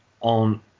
On